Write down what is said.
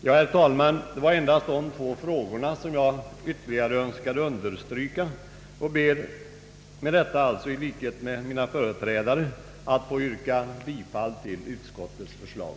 Jag har, herr talman, särskilt velat peka på dessa två frågor och ber i likhet med tidigare talare att få yrka bifall till utskottets förslag.